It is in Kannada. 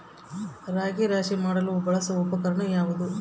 ರಾಗಿ ರಾಶಿ ಮಾಡಲು ಬಳಸುವ ಉಪಕರಣ ಯಾವುದು?